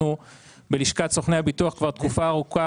אנחנו בלשכת סוכני הביטוח כבר תקופה ארוכה